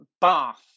bath